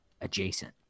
adjacent